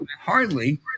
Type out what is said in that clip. hardly